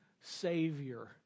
Savior